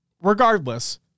regardless